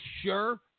sure